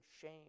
shame